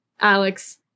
alex